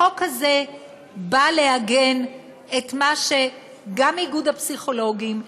החוק הזה בא לעגן את מה שגם איגוד הפסיכולוגים,